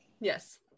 yes